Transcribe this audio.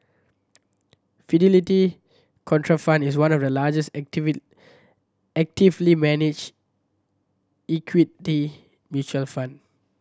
Fidelity Contrafund is one of the largest actively managed equity mutual fund